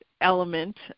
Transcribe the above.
element